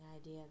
idea